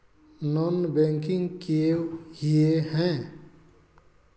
Non banking किए हिये है?